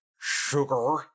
Sugar